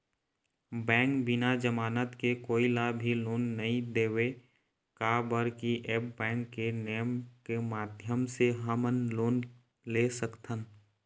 Bank बिना जमानत के कोई ला भी लोन नहीं देवे का बर की ऐप बैंक के नेम के माध्यम से हमन लोन ले सकथन?